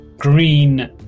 green